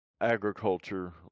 agriculture